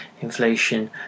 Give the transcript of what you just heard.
inflation